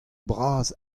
bras